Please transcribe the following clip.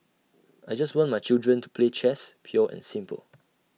I just want my children to play chess pure and simple